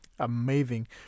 Amazing